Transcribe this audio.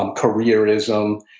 um careerism.